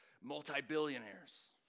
multi-billionaires